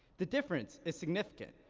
the difference is significant.